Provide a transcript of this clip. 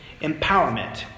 empowerment